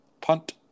Punt